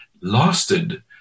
lasted